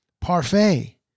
parfait